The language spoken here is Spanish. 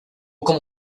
como